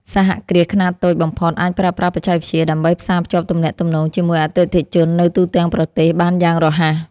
សហគ្រាសខ្នាតតូចបំផុតអាចប្រើប្រាស់បច្ចេកវិទ្យា ដើម្បីផ្សារភ្ជាប់ទំនាក់ទំនងជាមួយអតិថិជននៅទូទាំងប្រទេសបានយ៉ាងរហ័ស។